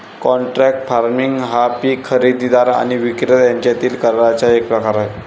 contract farming हा पीक खरेदीदार आणि विक्रेता यांच्यातील कराराचा एक प्रकार आहे